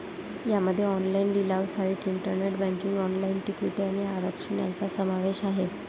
यामध्ये ऑनलाइन लिलाव site, internet banking, online तिकिटे आणि आरक्षण यांचा समावेश आहे